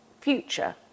future